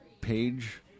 page